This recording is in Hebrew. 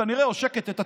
היא כנראה עושקת את הציבור.